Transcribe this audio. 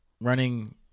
running